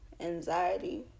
Anxiety